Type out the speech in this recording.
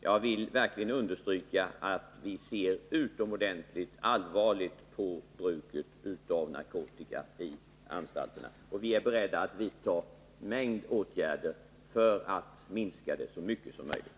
Jag vill verkligen understryka att vi ser utomordentligt allvarligt på bruket av narkotika i anstalterna, och vi är beredda att vidta en mängd åtgärder för att minska det så mycket som möjligt.